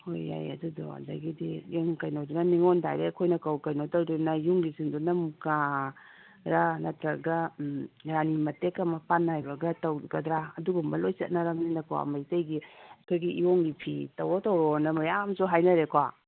ꯍꯣꯏ ꯌꯥꯏ ꯑꯗꯨꯗꯣ ꯑꯗꯒꯤꯗꯤ ꯀꯩꯅꯣꯗꯨꯅ ꯅꯤꯡꯉꯣꯜ ꯗꯥꯏꯔꯦꯛ ꯑꯩꯈꯣꯏꯅ ꯀꯩꯅꯣ ꯇꯧꯔꯤꯗꯨꯅ ꯌꯨꯝꯒꯤꯁꯤꯡꯗꯨꯅ ꯃꯨꯀꯥꯔꯥ ꯅꯠꯇ꯭ꯔꯒ ꯎꯝ ꯔꯥꯅꯤ ꯃꯇꯦꯛꯀ ꯃꯄꯥꯟ ꯅꯥꯏꯕꯒ ꯇꯧꯒꯗ꯭ꯔꯥ ꯑꯗꯨꯒꯨꯝꯕ ꯂꯣꯏ ꯆꯠꯅꯔꯕꯅꯤꯅꯀꯣ ꯃꯩꯇꯩꯒꯤ ꯑꯩꯈꯣꯏꯒꯤ ꯏꯌꯣꯡꯒꯤ ꯐꯤ ꯇꯧꯔꯣ ꯇꯧꯔꯣꯅ ꯃꯌꯥꯝꯁꯨ ꯍꯥꯏꯅꯔꯦꯀꯣ